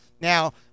now